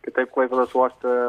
kitaip klaipėdos uoste